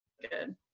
good